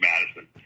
Madison